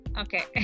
Okay